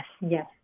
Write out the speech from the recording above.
yes